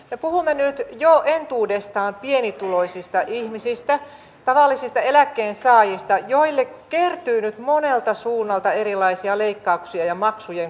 ja puhumme nyt jo entuudestaan pienituloisista ihmisistä tavallisista eläkkeensaajista joille kertyy nyt monelta suunnalta erilaisia leikkauksia ja maksujen korotuksia